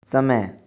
समय